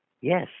Yes